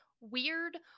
weird